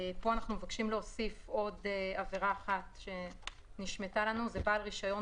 פה אנחנו מבקשים להוסיף עוד עבירה אחת שנשמטה לנו: בעל רישיון